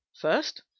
first